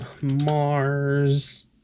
Mars